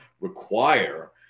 require